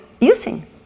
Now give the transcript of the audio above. using